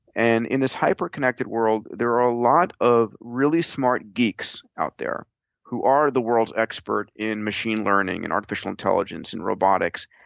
and in this hyperconnected world, there are a lot of really smart geeks out there who are the world's expert in machine learning and artificial intelligence and robotics.